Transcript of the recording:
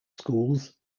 schools